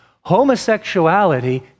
homosexuality